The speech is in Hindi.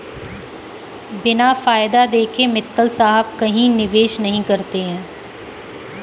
बिना फायदा देखे मित्तल साहब कहीं निवेश नहीं करते हैं